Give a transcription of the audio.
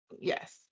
Yes